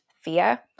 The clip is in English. fear